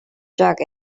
jug